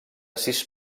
sis